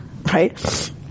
Right